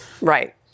Right